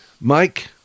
Mike